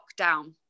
lockdown